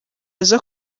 aza